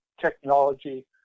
technology